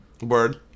Word